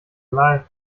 life